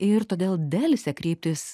ir todėl delsia kreiptis